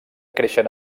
creixen